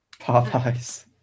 Popeyes